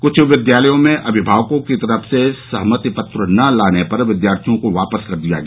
कुछ विद्यालयों में अभिभावकों की तरफ से सहमति पत्र न लाने पर विद्यार्थियों को वापस कर दिया गया